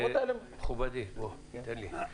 מכובדי, תן לי.